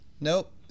Nope